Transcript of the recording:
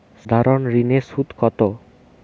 সাধারণ ঋণের সুদ কত?